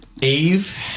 Eve